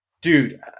Dude